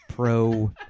pro